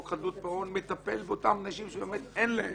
חוק חדלות פירעון מטפל באותם אנשים שבאמת אין להם.